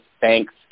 thanks